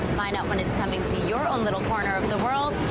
find out when it's coming to your little corner of the world.